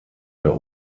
der